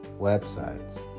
Websites